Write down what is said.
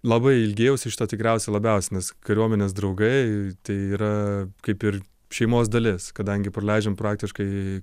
labai ilgėjausi šito tikriausiai labiausiai nes kariuomenės draugai yra kaip ir šeimos dalis kadangi praleidžiam praktiškai